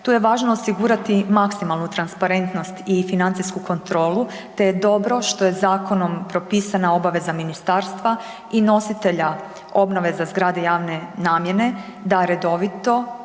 Tu je važno osigurati maksimalnu transparentnost i financijsku kontrolu, te je dobro što je Zakonom propisana obaveza Ministarstva i nositelja obnove za zgrade javne namjene, da redovito